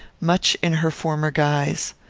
much in her former guise.